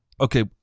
Okay